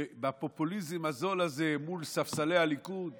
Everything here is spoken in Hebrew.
ובפופוליזם הזול הזה מול ספסלי הליכוד